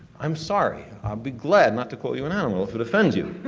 i'm sorry. i'll be glad not to call you an animal if it offends you.